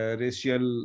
racial